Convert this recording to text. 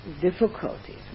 difficulties